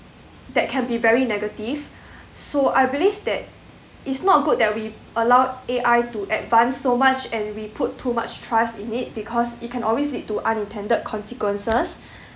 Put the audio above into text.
that can be very negative so I believe that it's not good that we allow A_I to advance so much and we put too much trust in it because it can always lead to unintended consequences